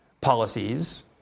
policies